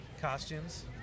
costumes